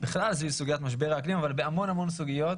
בעיקר סביב סוגית משבר האקלים, אבל בהמון סוגיות.